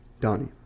Donnie